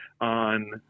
on